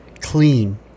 clean